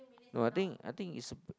no I think I think is